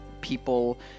people